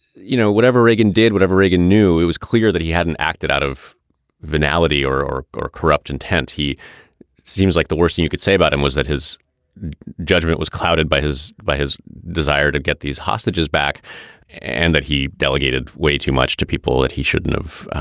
you know, whatever reagan did, whatever reagan knew, it was clear that he hadn't acted out of venality or or or corrupt intent he seems like the worst thing you could say about him was that his judgment was clouded by his by his desire to get these hostages back and that he delegated way too much to people that he shouldn't have,